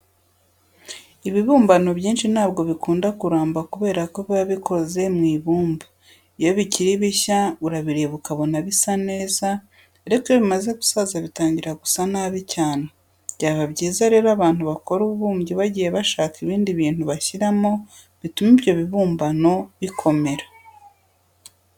Ibibumbano byinshi ntabwo bikunda kuramba kubera ko biba bikoze mu ibumba. Iyo bikiri bishyashya urabireba ukabona bisa neza, ariko iyo bimaze gusaza bitangira gusa nabi cyane. Byaba byiza rero abantu bakora ububumbyi bagiye bashaka ibindi bintu bashyiramo bituma ibyo bibumbano bikomera.